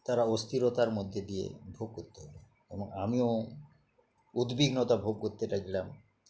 তারা অস্থিরতার মধ্যে দিয়ে ভোগ করতে হল এবং আমিও উদবিগ্নতা ভোগ করতে লাগলাম